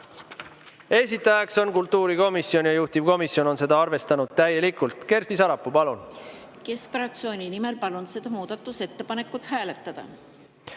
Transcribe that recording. esitaja on kultuurikomisjon, juhtivkomisjon on arvestanud täielikult. Kersti Sarapuu, palun! Keskfraktsiooni nimel palun seda muudatusettepanekut hääletada.